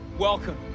Welcome